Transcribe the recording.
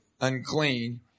unclean